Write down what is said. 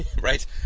right